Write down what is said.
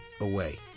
away